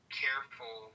careful